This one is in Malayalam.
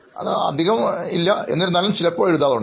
വളരെ കുറവാണ് എന്നിരുന്നാലും ചിലപ്പോൾ എഴുതാറുണ്ട്